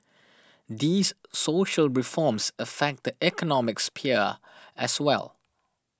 these social reforms affect the economic sphere as well